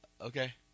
Okay